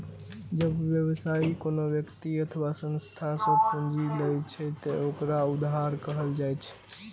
जब व्यवसायी कोनो व्यक्ति अथवा संस्था सं पूंजी लै छै, ते ओकरा उधार कहल जाइ छै